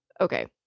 Okay